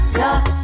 love